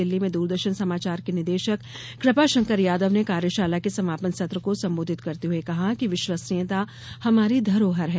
दिल्ली में दूरदर्शन समाचार के निदेशक कृपाशंकर यादव ने कार्यशाला के समापन सत्र को संबोधित करते हुए कहा कि विश्वसनीयता हमारी धरोहर है